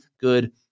good